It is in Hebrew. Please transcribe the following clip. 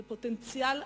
זה פוטנציאל אדיר,